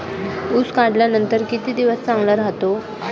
ऊस काढल्यानंतर किती दिवस चांगला राहतो?